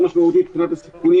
אני איתכם.